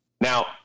Now